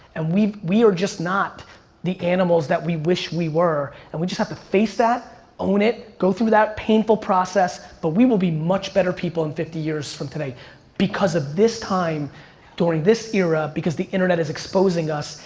and we we are just not the animals that we wish we were. and we just have to face that, own it, go through that painful process. but we will be much better people in fifty years from today because of this time during this era, because the internet is exposing us,